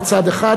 מצד אחד,